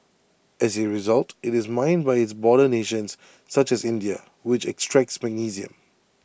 as A result IT is mined by its border nations such as India which extracts magnesium